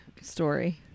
story